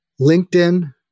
LinkedIn